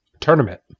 tournament